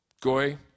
goy